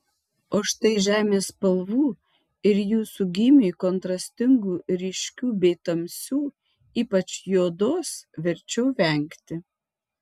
o štai žemės spalvų ir jūsų gymiui kontrastingų ryškių bei tamsių ypač juodos verčiau vengti